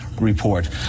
report